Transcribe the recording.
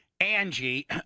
Angie